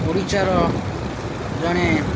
ଓଡ଼ିଶାର ଜଣେ